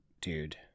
Dude